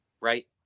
right